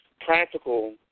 practical